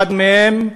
אחד מהם,